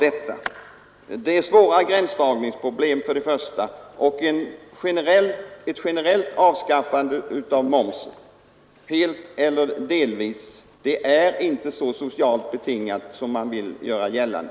Det blir svåra gränsdragningsproblem vid ett avskaffande av momsen på livsmedel. Det är inte heller så socialt betingat som man vill göra gällande.